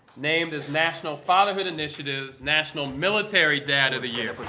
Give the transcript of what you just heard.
named as national fatherhood initiative's national military dad of the year.